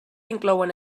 inclouen